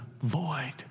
void